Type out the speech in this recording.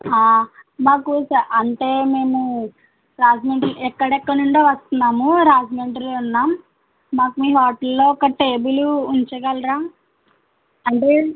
మాకు శా అంటే మేము రాజమండ్రి ఎక్కడెక్కడి నుండో వస్తున్నాము రాజమండ్రిలో ఉన్నాం మాకు మీ హోటల్లో ఒక టేబుల్ ఉంచగలరా అంటే